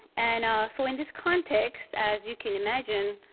and so in this context, as you can imagine,